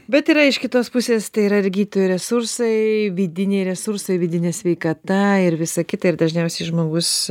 bet yra iš kitos pusės tai yra gydytojų resursai vidiniai resursai vidinė sveikata ir visą kitą ir dažniausiai žmogus